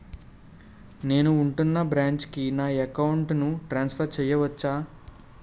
నేను ఉంటున్న బ్రాంచికి నా అకౌంట్ ను ట్రాన్సఫర్ చేయవచ్చా?